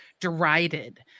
derided